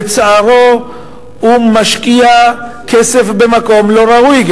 לצערו הוא משקיע כסף במקום לא ראוי.